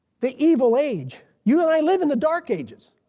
the evil age. you and i live in the dark ages.